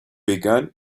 began